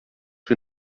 wir